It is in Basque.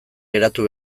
geratu